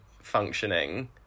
functioning